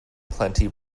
plenty